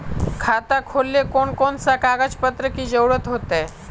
खाता खोलेले कौन कौन सा कागज पत्र की जरूरत होते?